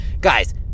guys